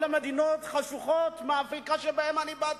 או למדינות חשוכות באפריקה שמהן אני באתי,